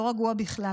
לא רגוע בכלל.